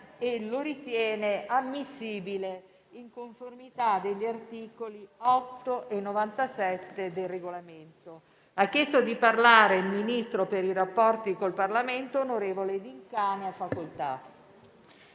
e lo ritiene ammissibile in conformità agli articoli 8 e 97 del Regolamento. Ha chiesto di intervenire il ministro per i rapporti con il Parlamento, onorevole D'Incà. Ne ha facoltà.